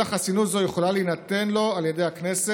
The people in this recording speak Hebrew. אלא חסינות זו יכולה להינתן לו על ידי הכנסת,